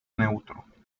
neutro